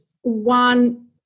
one